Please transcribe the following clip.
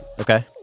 okay